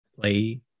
play